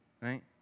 right